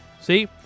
See